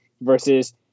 versus